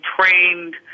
trained